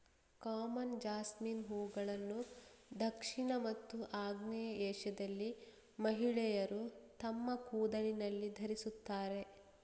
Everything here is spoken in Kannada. ಕಾಮನ್ ಜಾಸ್ಮಿನ್ ಹೂವುಗಳನ್ನು ದಕ್ಷಿಣ ಮತ್ತು ಆಗ್ನೇಯ ಏಷ್ಯಾದಲ್ಲಿ ಮಹಿಳೆಯರು ತಮ್ಮ ಕೂದಲಿನಲ್ಲಿ ಧರಿಸುತ್ತಾರೆ